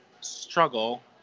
struggle